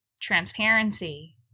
transparency